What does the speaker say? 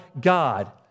God